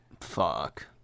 Fuck